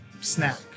snack